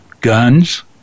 guns